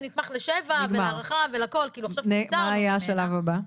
מה היה השלב הבא?